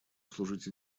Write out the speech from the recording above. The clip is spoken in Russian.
служить